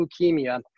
leukemia